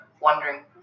wondering